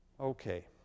Okay